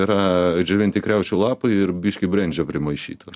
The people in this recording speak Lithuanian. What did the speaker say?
yra džiovinti kriaušių lapai ir biškį brendžio primaišyta